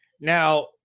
Now